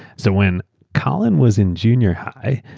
so when colin was in junior high,